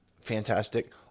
Fantastic